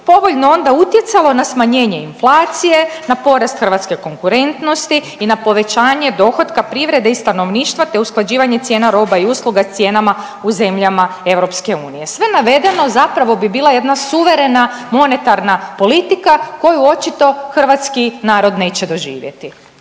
povoljno onda utjecalo na smanjenje inflacije, na porast hrvatske konkurentnosti i na povećanje dohotka privrede i stanovništva te usklađivanje cijena roba i usluga s cijenama u zemljama EU. Sve navedeno zapravo bi bila jedna suverena monetarna politika koju očito hrvatski narod neće doživjeti